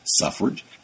suffrage